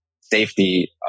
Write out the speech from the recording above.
safety